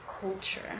culture